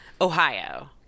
Ohio